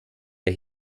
der